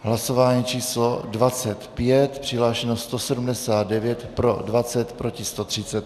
Hlasování číslo 25, přihlášeno 179, pro 20, proti 130.